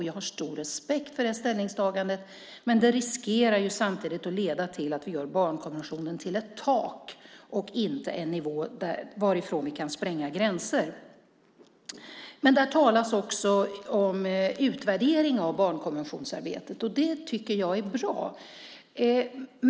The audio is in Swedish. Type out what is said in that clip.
Jag har stor respekt för det ställningstagandet, men det riskerar att leda till att vi gör barnkonventionen till ett tak och inte till en nivå varifrån vi kan spränga gränser. I svaret talas också om utvärdering av barnkonventionsarbetet. Det tycker jag är bra.